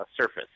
Surface